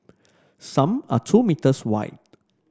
some are two meters wide